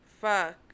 Fuck